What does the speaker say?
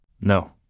No